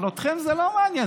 אבל אתכם זה לא מעניין.